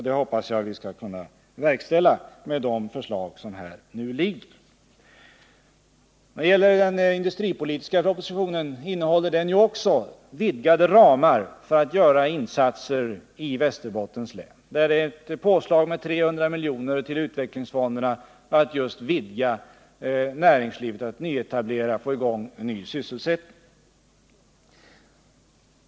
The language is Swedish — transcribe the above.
Det hoppas jag skall kunna ske genom de förslag som nu föreligger. Även i den industripolitiska propositionen föreslås vidgade ramar för insatserna i Västerbottens län. Det föreslås ett påslag med 300 milj.kr. till utvecklingsfonderna just för att främja nyetablering och skapa ny sysselsättning.